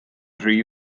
rhy